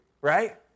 right